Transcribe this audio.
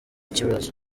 kibazo